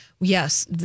Yes